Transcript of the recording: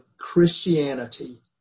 Christianity